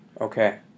Okay